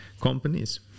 companies